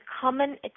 common